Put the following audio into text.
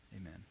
amen